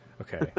Okay